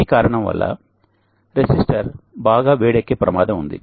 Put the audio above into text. ఈ కారణం వల్ల రెసిస్టర్ బాగా వేడెక్కే ప్రమాదం ఉంది